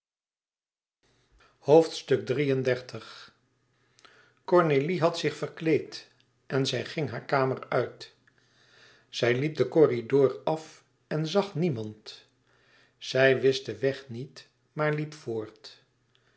cornélie had zich verkleed en zij ging hare kamer uit zij liep den corridor af en zag niemand zij wist den weg niet maar liep voort